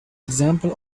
example